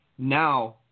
Now